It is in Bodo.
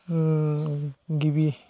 गिबि